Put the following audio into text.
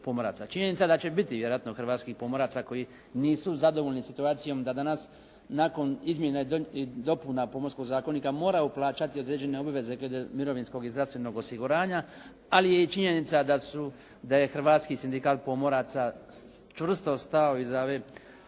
Činjenica da će biti vjerojatno hrvatskih pomoraca koji nisu zadovoljni situacijom da danas nakon izmjena i dopuna Pomorskog zakonika moraju plaćati određene obaveze, dakle mirovinskog i zdravstvenog osiguranja, ali je i činjenica da je i Hrvatski sindikat pomoraca čvrsto stao iza ove